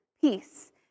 peace